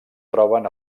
troben